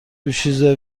دوشیزه